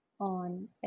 on